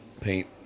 paint